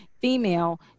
female